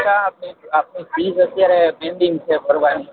દિશા આપણી આપણી ફીસ અત્યારે પેન્ડિંગ છે ભરવાની